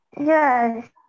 Yes